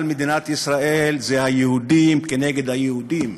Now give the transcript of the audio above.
מדינת ישראל זה היהודים כנגד היהודים,